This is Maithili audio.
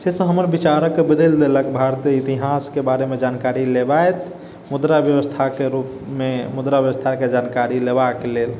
से सब हमर विचारके बदलि देलक भारतीय इतिहासके बारेमे जानकारी लेबैत मुद्रा व्यवस्थाके रूपमे मुद्रा व्यवस्थाके जानकारी लेबाके लेल